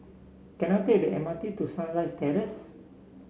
can I take the M R T to Sunrise Terrace